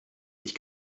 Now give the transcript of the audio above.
sich